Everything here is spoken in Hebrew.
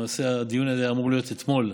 למעשה הדיון הזה אמור היה להיות אתמול,